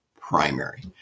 primary